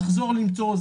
לחזור ולמצוא.